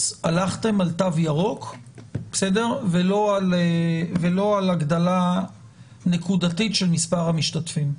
הלכתם על תו ירוק ולא על הגדלה נקודתית של מספר המשתתפים?